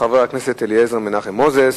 חבר הכנסת אליעזר מנחם מוזס,